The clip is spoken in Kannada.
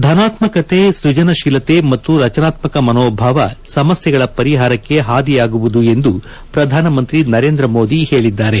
ಧನಾತ್ಮಕತೆ ಸ್ಪಜನಶೀಲತೆ ಮತ್ತು ರಚನಾತ್ಮಕ ಮನೋಭಾವ ಸಮಸ್ಥೆಗಳ ಪರಿಹಾರಕ್ಷೆ ಹಾದಿಯಾಗುವುದು ಎಂದು ಪ್ರಧಾನಮಂತ್ರಿ ನರೇಂದ್ರ ಮೋದಿ ಹೇಳಿದ್ದಾರೆ